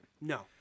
No